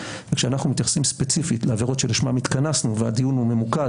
וכשאנחנו מתייחסים ספציפית לעבירות שלשמן התכנסנו והדיון הוא ממוקד,